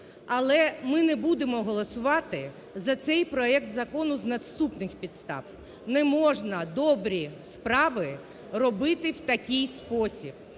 але ми не будемо голосувати за цей проект закону з наступних підстав: не можна добрі справи робити в такий спосіб,